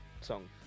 song